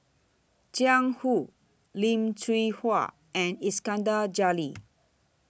Jiang Hu Lim Hwee Hua and Iskandar Jalil